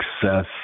success